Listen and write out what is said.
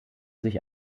sich